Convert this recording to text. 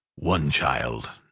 one child,